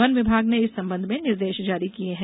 one विभाग ने इस संबंध में निर्देश जारी किए हैं